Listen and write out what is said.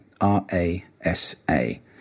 R-A-S-A